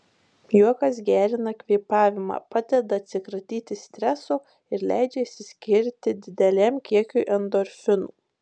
juokas gerina kvėpavimą padeda atsikratyti streso ir leidžia išsiskirti dideliam kiekiui endorfinų